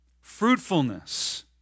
fruitfulness